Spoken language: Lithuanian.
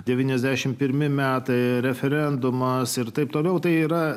devyniasdešim pirmi metai referendumas ir taip toliau tai yra